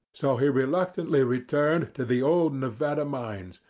so he reluctantly returned to the old nevada mines,